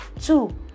two